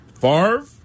Favre